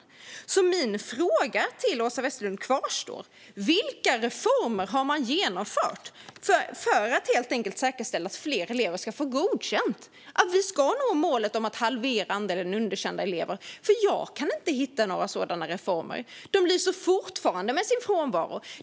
Även min fråga till Åsa Westlund kvarstår: Vilka reformer har man genomfört för att säkerställa att fler elever ska få godkänt och att vi ska nå målet om att halvera andelen underkända elever? Jag kan inte hitta några sådana reformer. De lyser fortfarande med sin frånvaro.